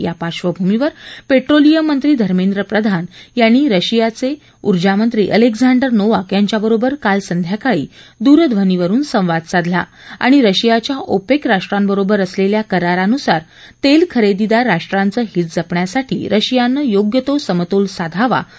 या पार्श्वभूमीवर पेट्रोलियम मंत्री धर्मेंद्र प्रधान यांनी रशियाचे उर्जामंत्री अलेक्झांडर नोवाक यांच्याबरोबर काल संध्याकाळी दुरध्वनीवरुन संवाद साधला आणि रशियाच्या ओपेक राष्ट्रांबरोबर असलेल्या करारानुसार तेलखरेदीदार राष्ट्रांचं हित जपण्यासाठी रशियानं योग्य तो समतोल साधावा असं आवाहन केलं